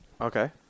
Okay